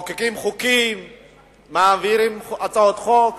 מחוקקים חוקים, מעבירים הצעות חוק,